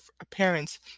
appearance